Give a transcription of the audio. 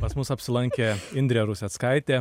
pas mus apsilankė indrė ruseckaitė